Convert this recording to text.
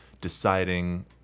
deciding